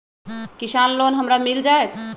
किसान लोन हमरा मिल जायत?